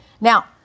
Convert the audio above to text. Now